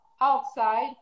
outside